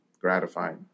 gratifying